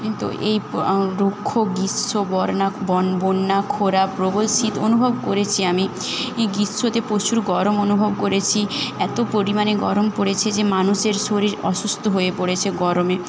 কিন্তু এই রুক্ষ গ্রীষ্ম বর্না বন বন্যা খরা প্রবল শীত অনুভব করেছি আমি এই গীষ্মতে প্রচুর গরম অনুভব করেছি এত পরিমাণে গরম পড়েছে যে মানুষের শরীর অসুস্থ হয়ে পড়েছে গরমে